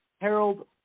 Harold